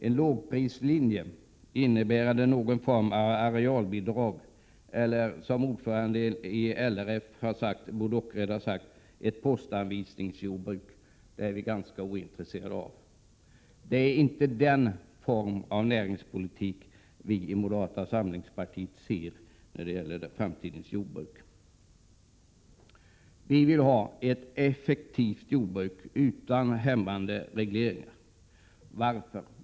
En lågprislinje innebär att man har någon form av arealbidrag, eller som ordföranden i LRF, Bo Dockered, har sagt, ett postanvisningsjordbruk. Detta är vi ganska ointresserade av. Det är inte den form av näringspolitik som vi i moderata samlingspartiet vill ha i det framtida jordbruket. Vi vill ha ett effektivt jordbruk utan hämmande regleringar. Varför?